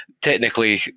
technically